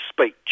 speech